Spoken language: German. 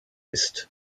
ist